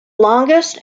longest